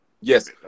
Yes